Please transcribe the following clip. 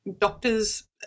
doctor's